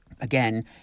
again